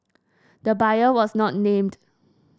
the buyer was not named